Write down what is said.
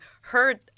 heard